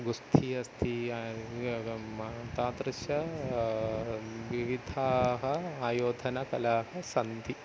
गुस्थि अस्ति अयं योगं तादृश विविधाः आयोधनकलाः सन्ति